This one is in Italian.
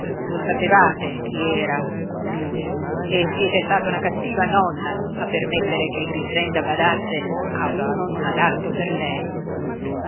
lo sapevate chi era lui e siete stata una cattiva nonna a permettere che grixenda badasse a uno non adatto per lei